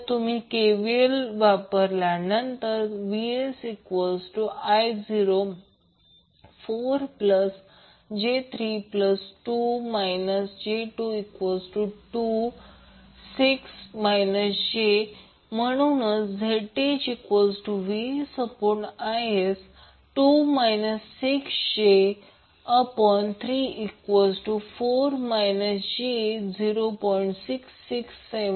तर तुम्ही हे मिळवण्यासाठी KVL चा अवलंब करा VsI04j32 j426 j म्हणून ZThVsIs26 j34 j0